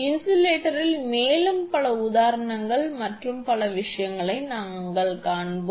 இன்சுலேட்டரில் மேலும் பல உதாரணங்கள் மற்றும் பிற விஷயங்களை நாங்கள் காண்போம்